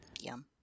Yum